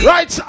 Right